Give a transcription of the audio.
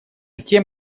тем